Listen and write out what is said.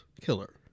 Killer